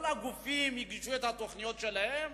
כל הגופים הגישו את התוכניות שלהם,